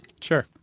Sure